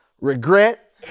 regret